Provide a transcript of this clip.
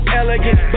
elegant